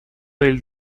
del